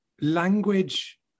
language